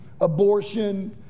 abortion